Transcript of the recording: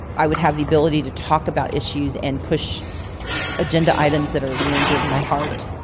i would have the ability to talk about issues and push agenda items that are near and dear to my heart.